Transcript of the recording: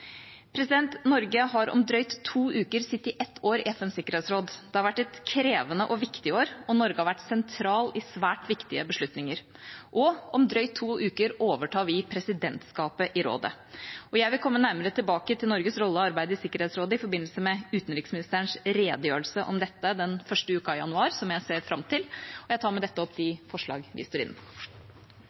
Norge har om drøyt to uker sittet et år i FNs sikkerhetsråd. Det har vært et krevende og viktig år, og Norge har vært sentral i svært viktige beslutninger. Om drøyt to uker overtar vi presidentskapet i rådet. Jeg vil komme nærmere tilbake til Norges rolle og arbeid i Sikkerhetsrådet i forbindelse med utenriksministerens redegjørelse om dette den første uka i januar, som jeg ser fram til. Jeg tar med dette opp de forslagene vi